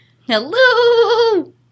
Hello